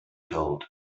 told